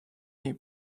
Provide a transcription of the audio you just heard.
nii